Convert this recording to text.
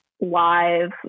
live